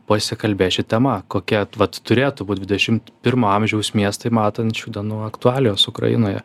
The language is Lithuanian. pasikalbėt šia tema kokie vat turėtų būt dvidešimt pirmo amžiaus miestai matant šių dienų aktualijas ukrainoje